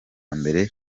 mbere